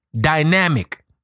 dynamic